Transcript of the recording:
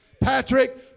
Patrick